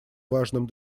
важным